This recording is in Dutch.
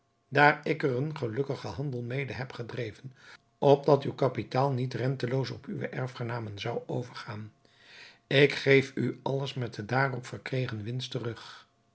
daar ik er een gelukkigen handel mede heb gedreven opdat uw kapitaal niet renteloos op uwe erfgenamen zou overgaan ik geef u alles met de daarop verkregen winst terug